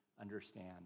understand